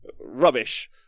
rubbish